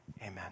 Amen